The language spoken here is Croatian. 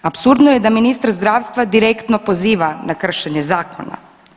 Apsurdno je da ministar zdravstva direktno poziva na kršenje zakona.